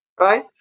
right